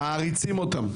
מעריצים אותם.